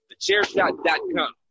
Thechairshot.com